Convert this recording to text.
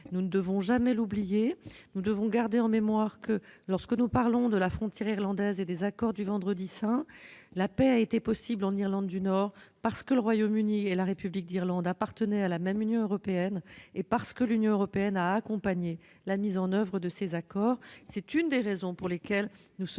Nous ne devons jamais l'oublier. Nous devons également garder en mémoire, lorsque nous parlons de la frontière irlandaise et des accords du Vendredi saint, que la paix a été possible en Irlande du Nord parce que le Royaume-Uni et la République d'Irlande appartenaient à la même Union européenne et parce que l'Union européenne a accompagné la mise en oeuvre de ces accords. C'est une des raisons pour lesquelles nous sommes si attentifs et